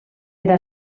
era